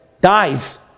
dies